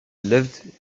lived